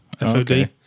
F-O-D